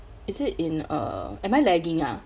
is it in uh am I lagging ah